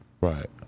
Right